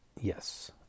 Yes